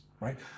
right